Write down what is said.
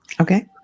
okay